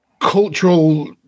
cultural